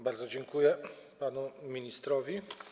Bardzo dziękuję panu ministrowi.